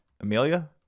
Amelia